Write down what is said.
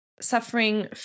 suffering